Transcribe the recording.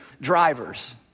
drivers